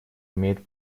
имеет